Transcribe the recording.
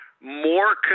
more